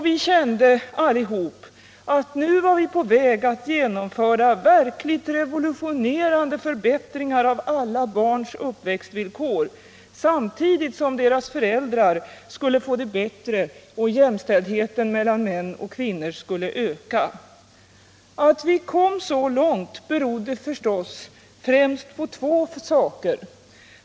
Vi kände alla att nu var vi på väg att genomföra verkligt revolutionerande förbättringar av alla barns uppväxtvillkor, samtidigt som deras föräldrar skulle få det bättre och jämställdheten mellan män och kvinnor skulle öka. Att vi kommit så långt berodde förstås främst på två ting.